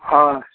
हँ